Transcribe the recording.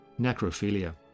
necrophilia